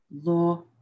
Law